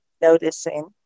noticing